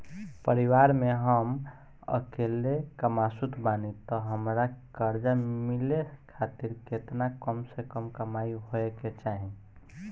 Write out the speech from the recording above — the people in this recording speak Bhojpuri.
परिवार में हम अकेले कमासुत बानी त हमरा कर्जा मिले खातिर केतना कम से कम कमाई होए के चाही?